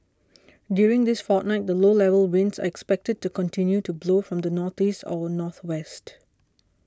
during this fortnight the low level winds are expected to continue to blow from the northeast or northwest